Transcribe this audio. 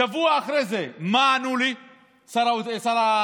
שבוע אחרי זה, מה ענה לי שר הפנים?